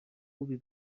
خوبی